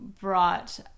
brought